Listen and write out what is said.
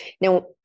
Now